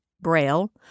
braille